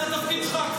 זה התפקיד שלך.